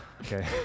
Okay